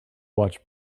watch